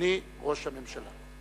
אדוני ראש הממשלה.